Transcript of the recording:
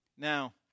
Now